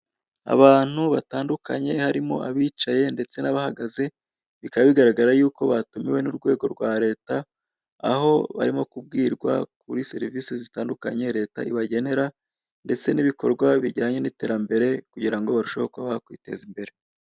Abantu benshi b'ingeri zitandukanye, bicaye bahanze amaso ahantu hamwe nk'abari mu nama. Inyuma y'aho bicaye, hari inyubako y'amatafari ahiye, ikiri kubakwa.